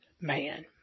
man